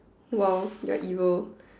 !wow! you're evil